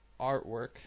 artwork